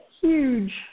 huge